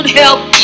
help